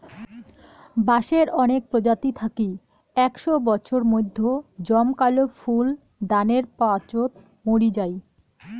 বাঁশের অনেক প্রজাতি থাকি একশও বছর মইধ্যে জমকালো ফুল দানের পাচোত মরি যাই